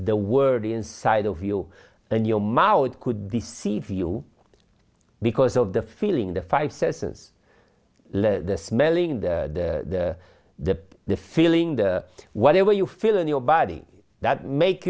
the world inside of you and your mouth could deceive you because of the feeling the five senses the smelling the the the feeling the whatever you feel in your body that make